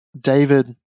David